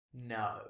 No